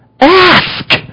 ask